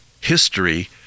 history